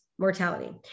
Mortality